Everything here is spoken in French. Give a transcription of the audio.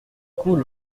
cool